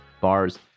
bars